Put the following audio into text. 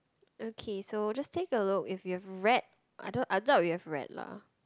okay so just take a look if you've read I doubt I doubt you have read lah